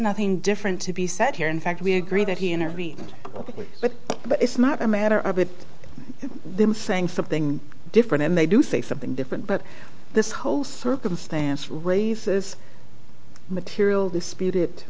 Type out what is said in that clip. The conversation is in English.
nothing different to be said here in fact we agree that he intervened but but it's not a matter of them saying something different and they do say something different but this whole circumstance raises material disputed